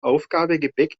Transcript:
aufgabegepäck